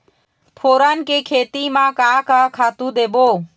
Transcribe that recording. फोरन के खेती म का का खातू देबो?